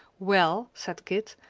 well, said kit,